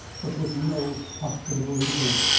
but with no hospitable intent.